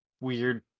weird